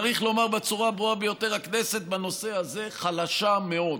צריך לומר בצורה הברורה ביותר: הכנסת בנושא הזה חלשה מאוד.